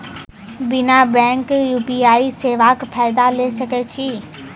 बिना बैंक खाताक यु.पी.आई सेवाक फायदा ले सकै छी?